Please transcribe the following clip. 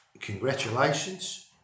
congratulations